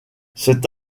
cet